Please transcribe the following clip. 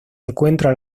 encuentra